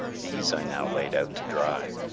these i now laid out to dry,